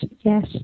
yes